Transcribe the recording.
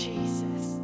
Jesus